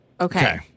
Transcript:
Okay